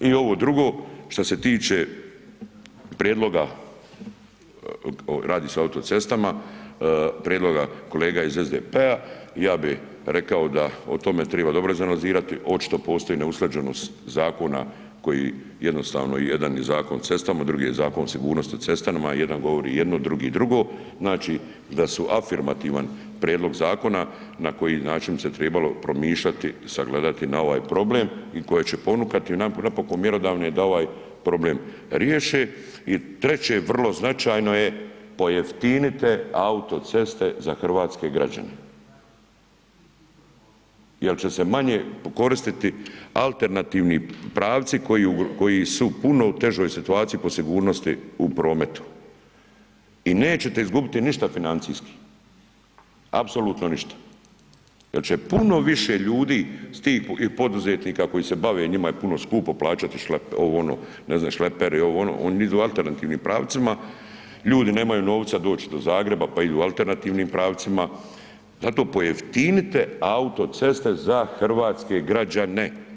I ovo drugo, šta se tiče prijedloga, radi se o autocestama, prijedloga kolega iz SDP-a, ja bi rekao da o tome treba dobro izanalizirati, očito postoji neusklađenost zakona koji jednostavno je jedan i Zakon o cestama, drugi je Zakon o sigurnosti na cestama, jedan govori, drugi drugo, znači da su afirmativan prijedloga zakona na koji način bi se trebalo promišljati, sagledati na ovaj problem i koje će ponukati napokon mjerodavne da ovaj problem riješe i treće, vrlo značajno je pojeftinite autoceste za hrvatske građane jer će se manje koristiti alternativni pravci koji su puno puno u težoj situaciji po sigurnosti u prometu i nećete izgubiti ništa financijski, apsolutno ništa jer će puno više ljudi, tih poduzetnika koji se bave, njima je puno skupo plaćati ovo, ono, ne znam, šleperi, ovo, ono, oni idu alternativnim pravcima, ljudi nemaju novca doći do Zagreba pa idu alternativnim pravcima, zato pojeftinite autoceste za hrvatske građane.